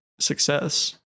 Success